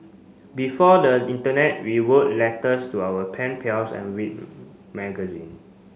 before the internet we wrote letters to our pen pals and read magazine